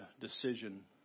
decision